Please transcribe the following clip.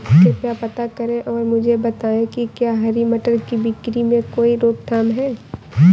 कृपया पता करें और मुझे बताएं कि क्या हरी मटर की बिक्री में कोई रोकथाम है?